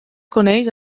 coneix